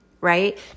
Right